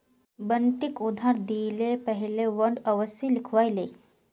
बंटिक उधार दि ल पहले बॉन्ड अवश्य लिखवइ ले